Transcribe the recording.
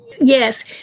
Yes